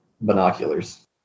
binoculars